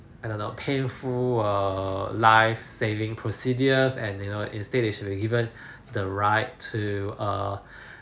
I don't know painful or life saving procedures and you know instead it should be given the right to err